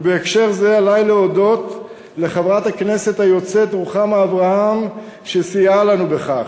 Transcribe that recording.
ובהקשר זה עלי להודות לחברת הכנסת היוצאת רוחמה אברהם שסייעה לנו בכך.